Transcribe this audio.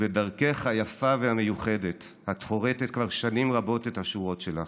בדרכך היפה והמיוחדת את חורתת כבר שנים רבות את השורות שלך.